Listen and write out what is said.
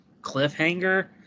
cliffhanger